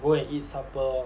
go and eat supper lor